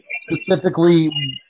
specifically